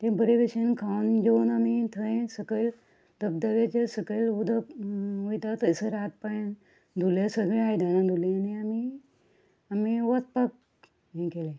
तें बरें बशेन खावन जेवन आमी थंय सकल धबधब्याचे सकल उदक वयता थंयसर हांत पांय धुले सगलीं आयदनां धुलीं आनी आमी आमी वचपाक गेलें